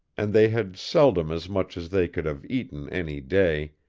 and they had seldom as much as they could have eaten any day,